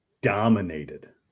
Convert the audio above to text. dominated